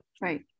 right